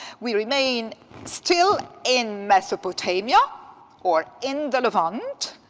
we remain still in mesopotamia or in the levant,